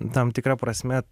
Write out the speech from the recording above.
tam tikra prasme